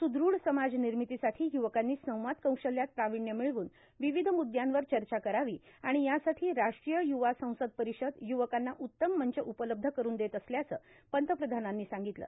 सुद्धढ समाज निर्मितीसाठी युवकांनी संवाद कौशल्यात प्राविण्य मिळवून विविध मुद्यांवर चर्चा करावी आणि यासाठी राष्ट्रीय युवा संसद परिषद युवकांना उत्तम मंच उपलब्ध करून देत असल्याचं पंतप्रधानांनी सांगितलं